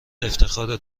افتخاره